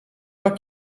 pas